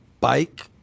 bike